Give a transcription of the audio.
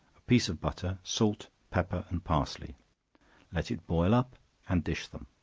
a piece of butter, salt, pepper and parsley let it boil up and dish them.